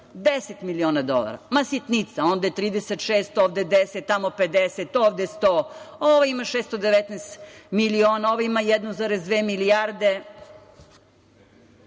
10 miliona dolara. Ma sitnica, onde 36, ovde 10, tamo 50, ovde 100, ovaj ima 619 miliona evra, ovaj ima 1,2 milijarde.